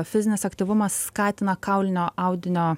fizinis aktyvumas skatina kaulinio audinio